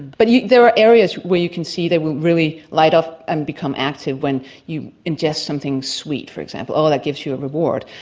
but there are areas where you can see that will really light up and become active when you ingest something sweet for example oh, that gives you a reward.